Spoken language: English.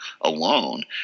alone